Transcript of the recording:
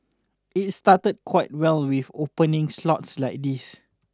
it started quite well with opening slots like these